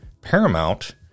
Paramount